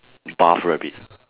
buff rabbit